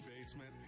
basement